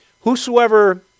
whosoever